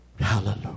Hallelujah